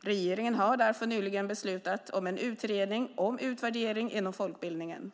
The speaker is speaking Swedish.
Regeringen har därför nyligen beslutat om en utredning om utvärdering inom folkbildningen.